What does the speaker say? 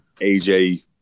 AJ